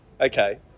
Okay